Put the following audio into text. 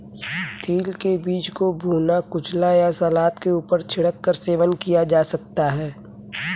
तिल के बीज को भुना, कुचला या सलाद के ऊपर छिड़क कर सेवन किया जा सकता है